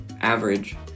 average